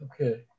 Okay